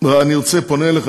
ואני פונה אליך,